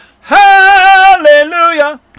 Hallelujah